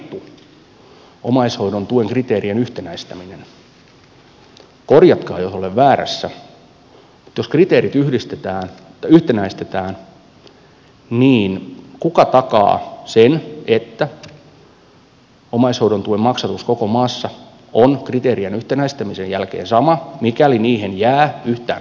hallitusohjelmaan on kirjattu omaishoidon tuen kriteerien yhtenäistäminen korjatkaa jos olen väärässä mutta jos kriteerit yhtenäistetään niin kuka takaa sen että omaishoidon tuen maksatus koko maassa on kriteerien yhtenäistämisen jälkeen sama mikäli niihin jää yhtään harkinnanvaraa